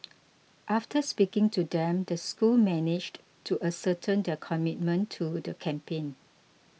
after speaking to them the school managed to ascertain their commitment to the campaign